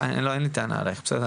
אין לי טענה אלייך, בסדר?